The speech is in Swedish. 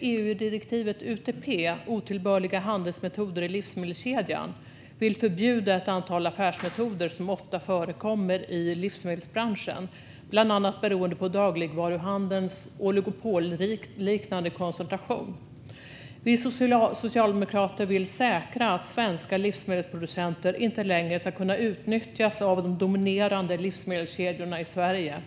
EU-direktivet UTP, om otillbörliga handelsmetoder i livsmedelskedjan, vill förbjuda ett antal affärsmetoder som ofta förekommer i livsmedelsbranschen, bland annat beroende på dagligvaruhandelns oligopolliknande koncentration. Vi socialdemokrater vill säkra att svenska livsmedelsproducenter inte längre ska kunna utnyttjas av de dominerande livsmedelskedjorna i Sverige.